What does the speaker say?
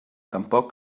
tampoc